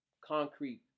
concrete